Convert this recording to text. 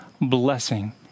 blessing